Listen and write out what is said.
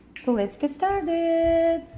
so let's get started.